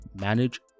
manage